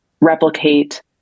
replicate